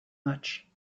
much